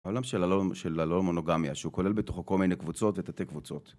העולם של הלא מונוגמיה שהוא כולל בתוכו מיני קבוצות ותתי קבוצות